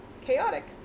chaotic